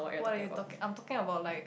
why are you talking I'm talking about light